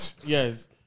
Yes